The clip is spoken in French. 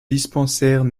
dispensaires